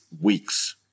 weeks